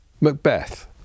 Macbeth